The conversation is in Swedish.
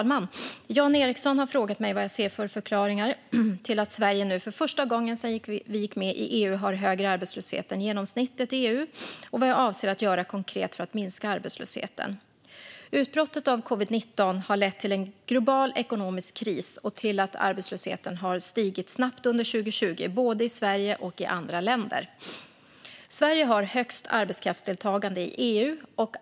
Fru talman! Jan Ericson har frågat mig vad jag ser för förklaringar till att Sverige nu för första gången sedan vi gick med i EU har högre arbetslöshet än genomsnittet i EU och vad jag avser att göra konkret för att minska arbetslösheten. Utbrottet av covid-19 har lett till en global ekonomisk kris och till att arbetslösheten har stigit snabbt under 2020, både i Sverige och i andra länder. Sverige har högst arbetskraftsdeltagande i EU.